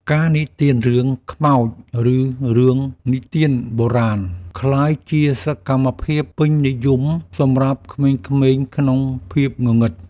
ការនិទានរឿងខ្មោច ឬរឿងនិទានបុរាណ ក្លាយជាសកម្មភាពពេញនិយមសម្រាប់ក្មេងៗក្នុងភាពងងឹត។